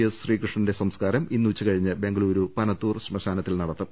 S ശ്രീകൃഷ്ണന്റെ സംസ്കാരം ഇന്ന് ഉച്ചകഴിഞ്ഞ് ബെങ്കലുരു പനത്തൂർ ശ്മശാനത്തിൽ നടത്തും